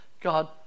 God